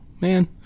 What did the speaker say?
man